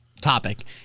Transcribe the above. topic